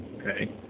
Okay